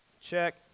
Check